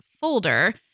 folder